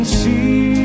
see